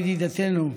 מירב ידידתנו,